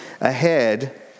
ahead